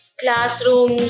classroom